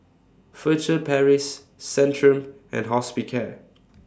Furtere Paris Centrum and Hospicare